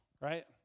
right